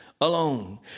alone